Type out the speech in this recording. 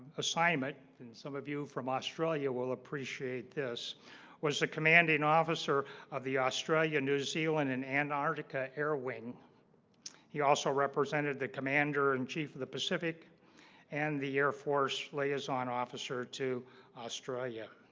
assignment and some of you from australia will appreciate this was the commanding officer of the australia new zealand in antarctica air wing he also represented the commander-in-chief of the pacific and the air force liaison officer to australia